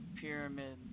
pyramid